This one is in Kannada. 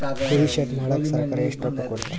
ಕುರಿ ಶೆಡ್ ಮಾಡಕ ಸರ್ಕಾರ ಎಷ್ಟು ರೊಕ್ಕ ಕೊಡ್ತಾರ?